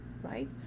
right